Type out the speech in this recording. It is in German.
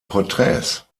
porträts